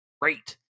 great